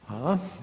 Hvala.